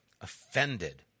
offended